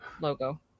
logo